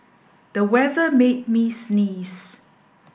the weather made me sneeze